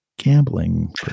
Gambling